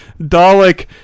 Dalek